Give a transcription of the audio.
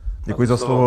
Děkuji za slovo.